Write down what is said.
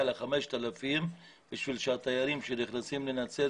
ל-5,000 חדרים כדי שהתיירים שנכנסים לנצרת,